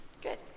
Good